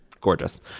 gorgeous